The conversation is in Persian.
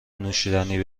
نوشیدنی